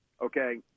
Okay